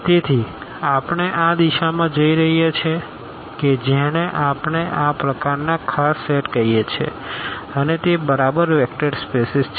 તેથી આપણે આ દિશામાં જઈ રહ્યા છીએ કે જેને આપણે આ પ્રકારના ખાસ સેટ કહીએ છીએ અને તે બરાબર વેક્ટર સ્પેસીસ છે